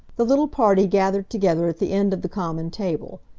the little party gathered together at the end of the common table.